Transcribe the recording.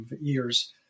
years